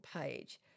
page